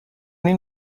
این